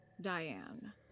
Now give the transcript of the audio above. Diane